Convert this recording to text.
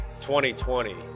2020